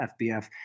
FBF